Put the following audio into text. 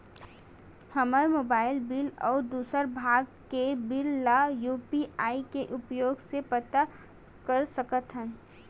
हमन mobile bill अउ दूसर भोग के बिल ला यू.पी.आई के उपयोग से पटा सकथन